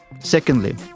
Secondly